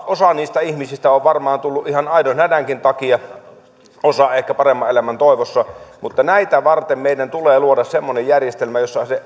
osa niistä ihmisistä on varmaan tullut ihan aidon hädänkin takia osa ehkä paremman elämän toivossa mutta näitä varten meidän tulee luoda semmoinen järjestelmä jossa